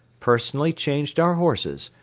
personally changed our horses,